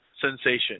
sensation